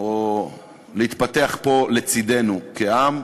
או להתפתח פה לצדנו כעם,